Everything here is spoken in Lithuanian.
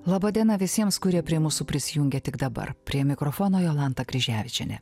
laba diena visiems kurie prie mūsų prisijungė tik dabar prie mikrofono jolanta kryževičienė